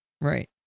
Right